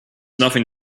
nothing